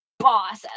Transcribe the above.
boss